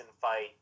fight